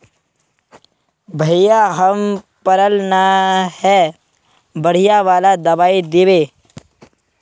भैया हम पढ़ल न है बढ़िया वाला दबाइ देबे?